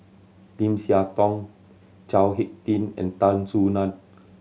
Lim Siah Tong Chao Hick Tin and Tan Soo Nan